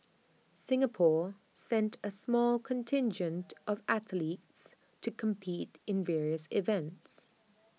Singapore sent A small contingent of athletes to compete in various events